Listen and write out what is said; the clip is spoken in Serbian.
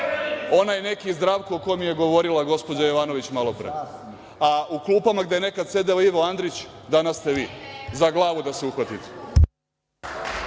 Onaj neki Zdravko o kojem je govorila gospođa Jovanović malopre. A u klupama gde je nekada sedeo Ivo Andrić, danas ste vi. Za glavu da se uhvatite.